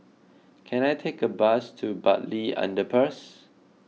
can I take a bus to Bartley Underpass